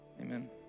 Amen